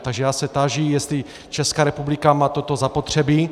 Takže já se táži, jestli Česká republika má toto zapotřebí.